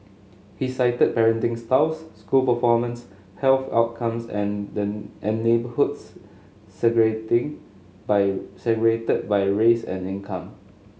he cited parenting styles school performance health outcomes and neighbourhoods by segregated by race and income